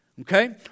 Okay